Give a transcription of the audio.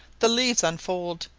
the leaves unfold,